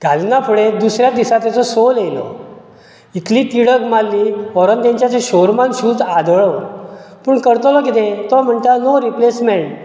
घालीना फुडें दुसऱ्यात दिसा तेजो सोल येयलो इतलीं तिडक माल्ली व्हरोन ते तेंच्या शोंरूमान शूज आदळ्ळो पूण करतलो किदें तो म्हणटा नो रिप्लेसम्यान्ट